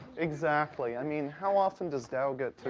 exactly. i mean, how often does dow get